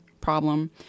problem